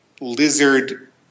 lizard